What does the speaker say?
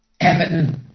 Everton